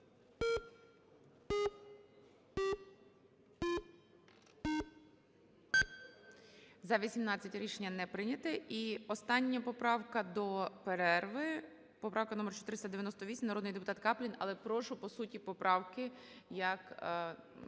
За-18 Рішення не прийнято. І остання поправка до перерви, поправка номер 498. Народний депутат Каплін. Але прошу по суті поправки, як